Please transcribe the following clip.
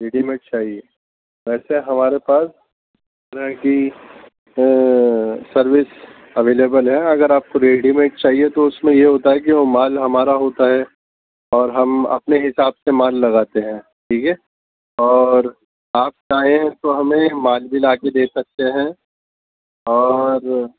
ready made چاہیے ویسے ہمارے پاس طرح کی سروس اویلیبل ہے اگر آپ کو ریڈی میڈ چاہیے تو اس میں یہ ہوتا ہے کہ وہ مال ہمارا ہوتا ہے اور ہم اپنے حساب سے مال لگاتے ہیں ٹھیک ہے اور آپ چاہیں تو ہمیں مال بھی لا کے دے سکتے ہیں اور